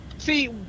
See